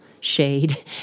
shade